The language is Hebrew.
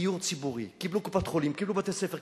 דיור ציבורי, קיבלו קופת-חולים, קיבלו בתי-ספר.